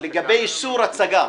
לגבי איסור הצגה.